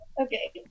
okay